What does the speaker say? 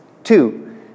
Two